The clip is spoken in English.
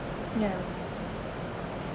yeah